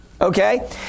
Okay